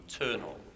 eternal